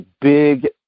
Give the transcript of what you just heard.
big